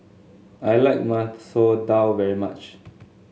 I like Masoor Dal very much